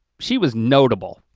she was notable.